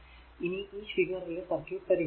ഇനി ഈ ഫിഗറിലെ സർക്യൂട് പരിഗണിക്കുക